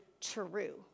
true